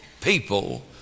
people